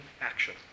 action